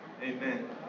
Amen